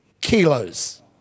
kilos